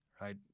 right